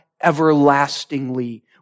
everlastingly